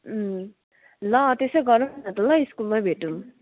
उम् ल त्यसै गरौँ न त ल स्कुलमैँ भेटौँ